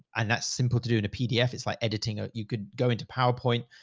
and that's simple to do in a pdf. it's like editing. ah you could go into powerpoint,